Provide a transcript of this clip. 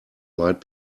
might